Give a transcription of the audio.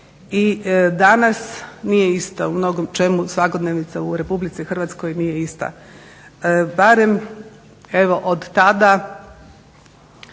i danas nije ista u mnogočemu svakodnevnica u Republici Hrvatskoj nije ista. Barem evo od tada